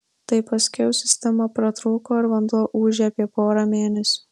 tai paskiau sistema pratrūko ir vanduo ūžė apie porą mėnesių